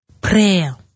Prayer